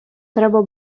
треба